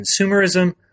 consumerism